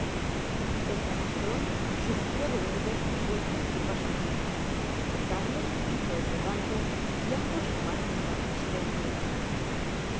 el camastron suspiró de nuevo y volvió á chupar su pipa cárlos hizo otro tanto y ambos fumaron un rato en silencio a